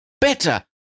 better